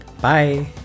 Bye